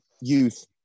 youth